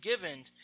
given